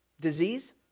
disease